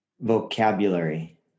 vocabulary